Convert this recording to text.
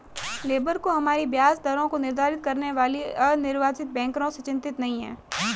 labour को हमारी ब्याज दरों को निर्धारित करने वाले अनिर्वाचित बैंकरों से चिंतित नहीं है